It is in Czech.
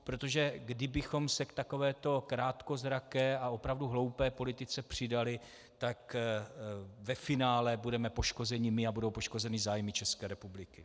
Protože kdybychom se k takovéto krátkozraké a opravdu hloupé politice přidali, tak ve finále budeme poškozeni my a budou poškozeny zájmy České republiky.